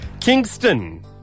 Kingston